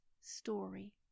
story